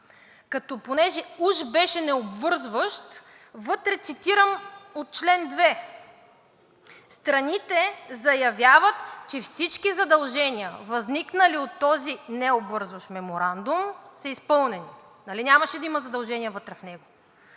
Като понеже уж беше необвързващ – цитирам чл. 2: „Страните заявяват, че всички задължения, възникнали от този необвързващ меморандум, са изпълнени.“ Нали нямаше да има задължения вътре в него?